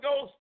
Ghost